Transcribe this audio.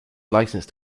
licensed